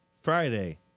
Friday